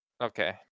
Okay